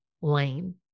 lane